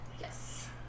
yes